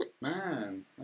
Man